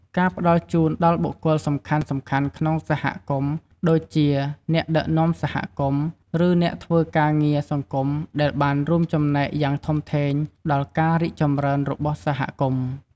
ការផ្តល់ជូនដល់បុគ្គលសំខាន់ៗក្នុងសហគមន៍ ដូចជា អ្នកដឹកនាំសហគមន៍ ឬអ្នកធ្វើការងារសង្គមដែលបានរួមចំណែកយ៉ាងធំធេងដល់ការរីកចម្រើនរបស់សហគមន៍។